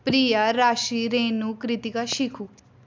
Priya Rashi Renu Kritika Shikhu